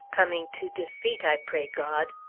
coming to defeat, i pray god.